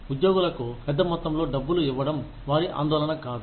ఉద్యోగులకు పెద్ద మొత్తంలో డబ్బులు ఇవ్వడం వారి ఆందోళన కాదు